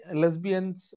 lesbians